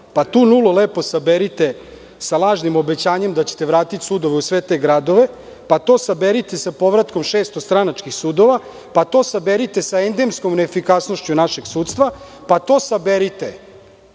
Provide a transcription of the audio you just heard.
pa tu nulu lepo saberite sa lažnim obećanjem da ćete vratiti sudove u sve te gradove, pa to saberite sa povratkom 600 stranačkih sudova, pa to saberite sa endemskom neefikasnošću našeg sudstva, pa to saberite